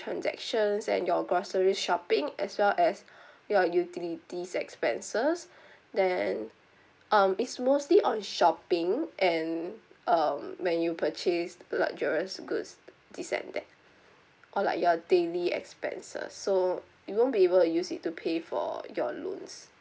transactions and your grocery shopping as well as your utilities expenses then um it's mostly on shopping and um when you purchase luxurious goods this that that or like your daily expenses so you won't be able to use it to pay for your loans